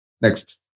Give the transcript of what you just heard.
Next